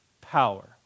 power